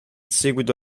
seguito